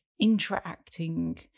interacting